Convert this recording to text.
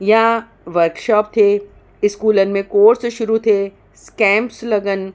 या वर्कशॉप थिए स्कूलनि में कोर्स शुरू थिए कैंप्स लॻनि